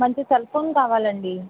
మంచి cell phone కావాలండి